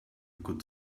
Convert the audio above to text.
could